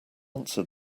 answer